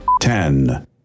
Ten